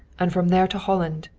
and from there to holland.